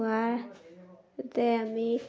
হোৱাতে আমি